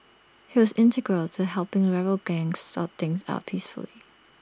he was integral to helping rival gangs sort things out peacefully